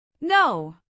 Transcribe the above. No